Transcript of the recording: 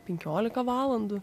penkiolika valandų